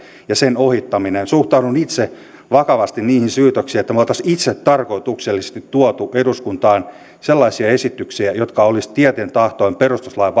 ja sen ohittaminen olisivat tässä jonkunlaisia lyömäaseita suhtaudun itse vakavasti niihin syytöksiin että me olisimme itsetarkoituksellisesti tuoneet eduskuntaan sellaisia esityksiä jotka olisivat tieten tahtoen perustuslain